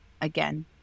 Again